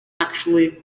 actually